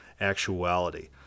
actuality